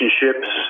relationships